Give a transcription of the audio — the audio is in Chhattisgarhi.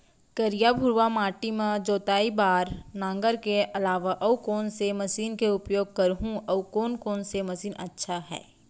करिया, भुरवा माटी म जोताई बार नांगर के अलावा अऊ कोन से मशीन के उपयोग करहुं अऊ कोन कोन से मशीन अच्छा है?